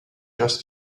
just